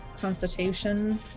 Constitution